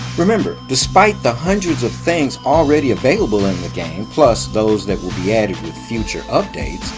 remember despite the hundreds of things already available in the game, plus those that will be added with future updates,